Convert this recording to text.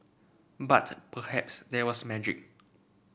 but perhaps there was magic